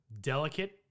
delicate